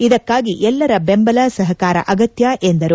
ಇದಕ್ಕಾಗಿ ಎಲ್ಲರ ಬೆಂಬಲ ಸಹಕಾರ ಅಗತ್ಯ ಎಂದರು